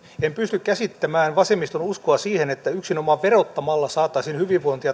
en pysty käsittämään vasemmiston uskoa siihen että yksinomaan verottamalla saataisiin hyvinvointia